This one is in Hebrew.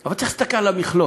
אבל צריך להסתכל על המכלול.